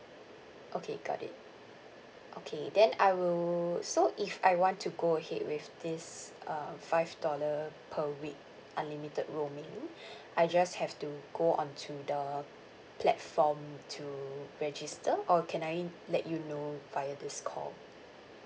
okay got it okay then I will so if I want to go ahead with this uh five dollar per week unlimited roaming I just have to go on to the platform to register or can I let you know via this call